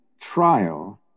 trial